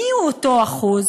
מיהו אותו 1%?